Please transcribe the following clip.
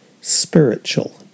spiritual